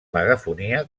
megafonia